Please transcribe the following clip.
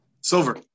Silver